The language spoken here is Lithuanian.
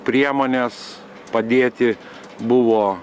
priemonės padėti buvo